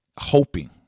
hoping